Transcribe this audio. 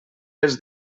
les